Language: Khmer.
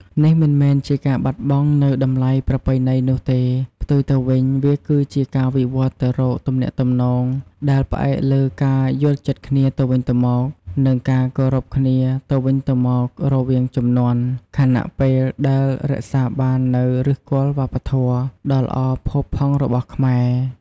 នេះមិនមែនជាការបាត់បង់នូវតម្លៃប្រពៃណីនោះទេ ផ្ទុយទៅវិញ វាគឺជាការវិវឌ្ឍទៅរក ទំនាក់ទំនងដែលផ្អែកលើការយល់ចិត្តគ្នាទៅវិញទៅមក និង ការគោរពគ្នាទៅវិញទៅមក រវាងជំនាន់ ខណៈពេលដែលរក្សាបាននូវ ឫសគល់វប្បធម៌ ដ៏ល្អផូរផង់របស់ខ្មែរ។